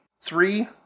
Three